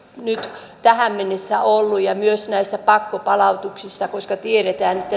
nyt tähän mennessä ollut ja kysyisin myös näistä pakkopalautuksista koska tiedetään että